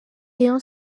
rayon